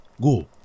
go